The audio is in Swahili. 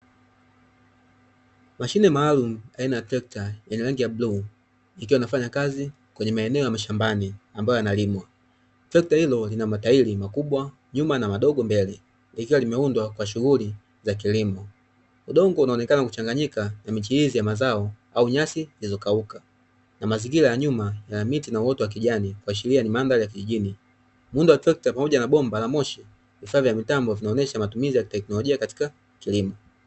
Mashine maalumu aina ya trekta yenje rangi ya bluu, ikiwa inafanya kazi kwenye maeneo mashambani, ambayo yanalimwa lina matairi makubwa nyuma na mbele lina madogo likiwa limeundwa kwa shughuli za kilimo udongo, unaonekana kuchanganyika na michirizi ya mazao au nyasi zilizo kauka na mazingira ya nyuma yana miti na uoto wa kijani ikiashiria ni mandhari ya kijijini, muundo wa trekta pamoja na bomba la moshi vifaa vya mitambo vinaonyesha matumizi ya teknolojia katika kilimo.